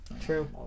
true